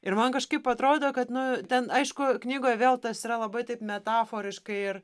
ir man kažkaip atrodo kad nu ten aišku knygoj vėl tas yra labai taip metaforiškai ir